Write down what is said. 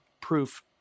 proof